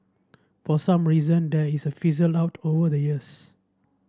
for some reason there is a fizzled out over the years